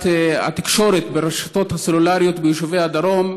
התקשורת ברשתות הסלולריות ביישובי הדרום.